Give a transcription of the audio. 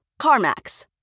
CarMax